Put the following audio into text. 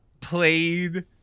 played